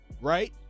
Right